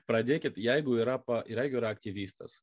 pradėkit jeigu yra pa jeigu yra aktyvistas